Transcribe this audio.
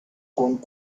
cone